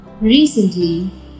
Recently